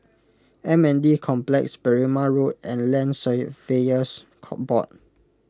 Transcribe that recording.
M N D Complex Berrima Road and Land Surveyors Board